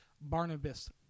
Barnabas